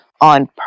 on